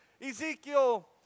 Ezekiel